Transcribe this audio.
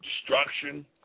destruction